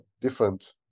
different